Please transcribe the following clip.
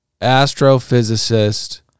astrophysicist